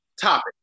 topic